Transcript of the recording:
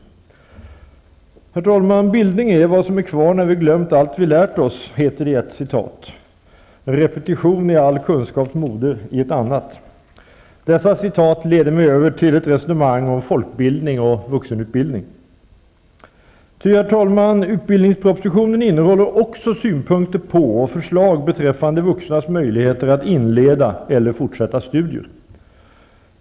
Herr talman! ''Bildning är vad som blir kvar när vi glömt allt vi lärt oss'', heter det i ett citat, ''Repetition är all kunskaps moder'', i ett annat. Dessa citat leder mig över till ett resonemang om folkbildning och vuxenutbildning. Utbildningspropositionen innehåller också synpunkter på och förslag beträffande vuxnas möjligheter att inleda eller fortsätta studier.